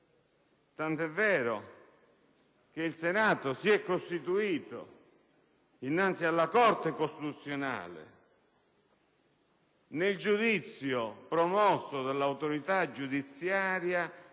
tanto è vero che si è costituito innanzi alla Corte costituzionale nel giudizio promosso dall'autorità giudiziaria,